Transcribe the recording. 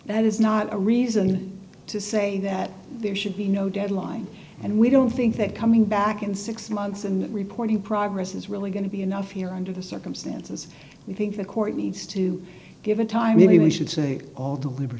that is not a reason to say that there should be no deadline and we don't think that coming back in six months and reporting progress is really going to be enough here under the circumstances we think the court needs to given time maybe we should say all deliber